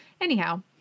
anyhow